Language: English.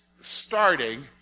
starting